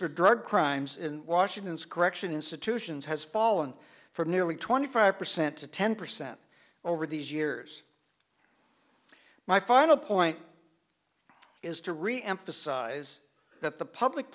for drug crimes in washington is correction institutions has fallen from nearly twenty five percent to ten percent over these years my final point is to really emphasize that the public